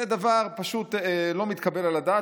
זה דבר פשוט לא מתקבל על הדעת,